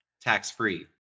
tax-free